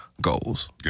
goals